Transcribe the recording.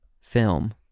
film